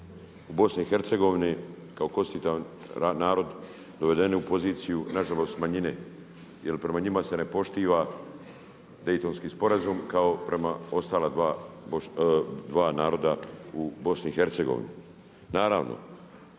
u BiH kao konstitutivan narod dovedeni u poziciju na žalost manjine, jer prema njima se ne poštiva Daytonski sporazum kao prema ostala dva naroda u BiH.